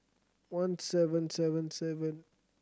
one seven seven seven